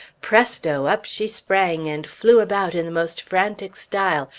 presto! up she sprang, and flew about in the most frantic style,